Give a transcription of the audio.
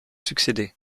succédé